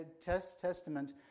Testament